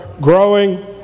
growing